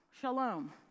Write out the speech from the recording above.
shalom